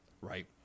right